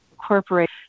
incorporate